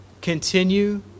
continue